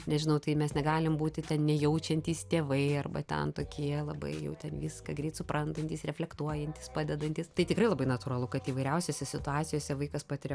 nežinau tai mes negalim būti ten nejaučiantys tėvai arba ten tokie labai jau ten viską greit suprantantys reflektuojantys padedantys tai tikrai labai natūralu kad įvairiausiose situacijose vaikas patiria